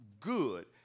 good